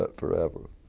but forever